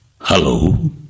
Hello